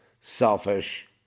selfish